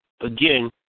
again